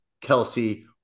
Kelsey